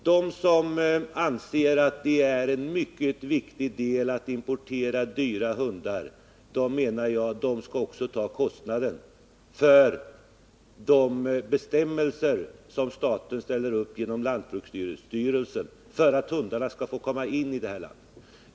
De som anser att det är mycket viktigt att importera dyra hundar skall också ta kostnaden som följer av de bestämmelser som staten ställer upp genom lantbruksstyrelsen för att hundarna skall 153 få komma in i landet.